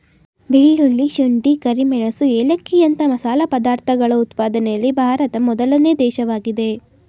ಬೆಳ್ಳುಳ್ಳಿ, ಶುಂಠಿ, ಕರಿಮೆಣಸು ಏಲಕ್ಕಿಯಂತ ಮಸಾಲೆ ಪದಾರ್ಥಗಳ ಉತ್ಪಾದನೆಯಲ್ಲಿ ಭಾರತ ಮೊದಲನೇ ದೇಶವಾಗಿದೆ